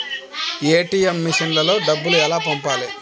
ATM మెషిన్లో డబ్బులు ఎలా పంపాలి?